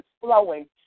flowing